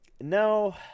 no